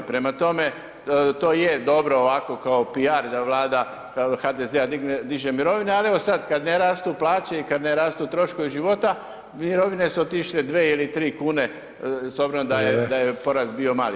Prema tome, to je dobro ovako kao piar da Vlada HDZ-a digne, diže mirovine, ali evo sad kad ne rastu plaće i kad ne rastu troškovi života, mirovine su otišle 2 ili 3 kune s obzirom da je, da je porast bio mali.